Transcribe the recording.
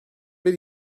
bir